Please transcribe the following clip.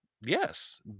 yes